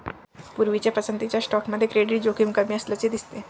पूर्वीच्या पसंतीच्या स्टॉकमध्ये क्रेडिट जोखीम कमी असल्याचे दिसते